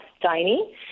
dining